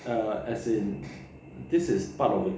err as in this is part of the